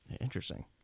Interesting